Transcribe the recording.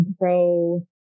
grow